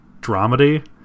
dramedy